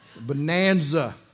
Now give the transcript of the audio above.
Bonanza